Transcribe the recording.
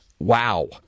Wow